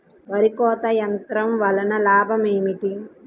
వరి కోత యంత్రం వలన లాభం ఏమిటి?